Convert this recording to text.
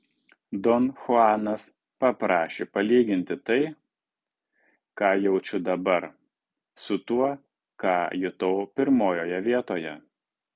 don chuanas paprašė palyginti tai ką jaučiu dabar su tuo ką jutau pirmojoje vietoje